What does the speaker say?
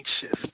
shift